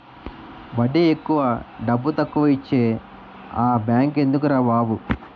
వడ్డీ ఎక్కువ డబ్బుతక్కువా ఇచ్చే ఆ బేంకెందుకురా బాబు